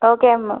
okay ma'am